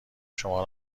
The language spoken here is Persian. شما